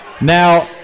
Now